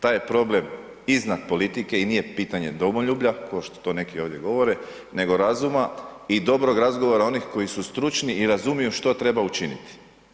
Taj je problem iznad politike i nije pitanje domoljublja kao što neki ovdje govore nego razuma i dobrog razgovora onih koji su stručni i razumiju što treba učiniti.